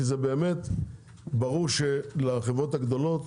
כי זה ברור שלחברות הגדולות